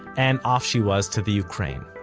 and off she was to the ukraine.